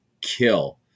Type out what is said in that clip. kill